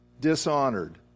dishonored